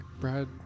Brad